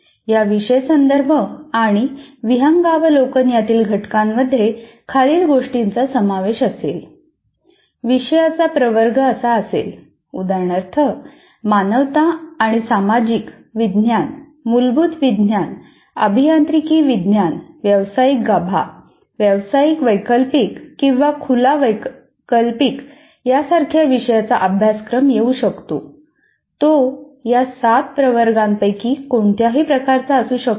या विषय संदर्भ आणि विहंगावलोकन यांतील घटकांमध्ये खालील गोष्टींचा समावेश असेल विषयाचा प्रवर्ग असा असेल उदाहरणार्थ मानवता आणि सामाजिक विज्ञान मूलभूत विज्ञान अभियांत्रिकी विज्ञान व्यावसायिक गाभा व्यावसायिक वैकल्पिक किंवा खुला वैकल्पिक यासारख्या विषयाचा अभ्यासक्रम येऊ शकतो तो या 7 प्रवर्गपैकी कोणत्याही प्रकारचा असू शकतो